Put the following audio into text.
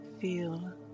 Feel